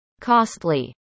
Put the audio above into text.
costly